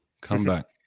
Comeback